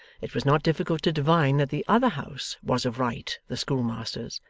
it was not difficult to divine that the other house was of right the schoolmaster's,